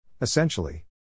Essentially